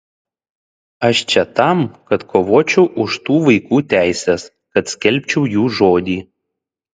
aš čia tam kad kovočiau už tų vaikų teises kad skelbčiau jų žodį